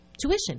tuition